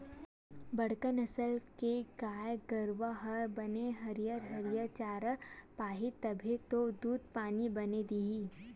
बड़का नसल के गाय गरूवा हर बने हरियर हरियर चारा पाही तभे तो दूद पानी बने दिही